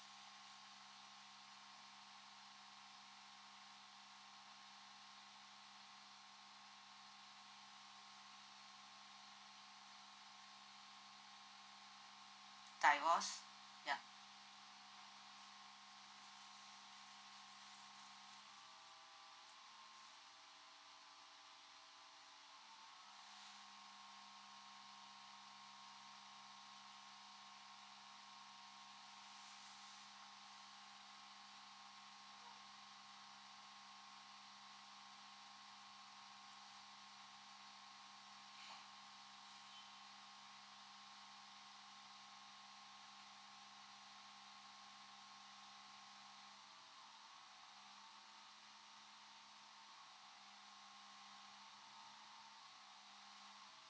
divorce yup